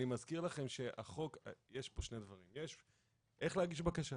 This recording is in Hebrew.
אני מזכיר לכם שיש פה שני דברים איך להגיש בקשה?